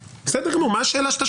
בסדר גמור, מה השאלה שאתה שואל?